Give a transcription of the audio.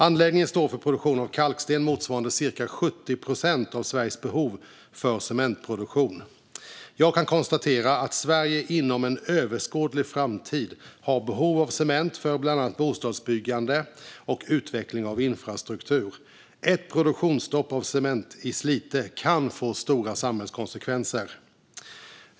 Anläggningen står för produktion av kalksten motsvarande cirka 70 procent av Sveriges behov för cementproduktion. Jag kan konstatera att Sverige inom en överskådlig framtid har behov av cement för bland annat bostadsbyggande och utveckling av infrastruktur. Ett produktionsstopp av cement i Slite kan få stora samhällskonsekvenser.